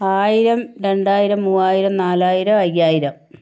ആയിരം രണ്ടായിരം മൂവായിരം നാലായിരം അയ്യായിരം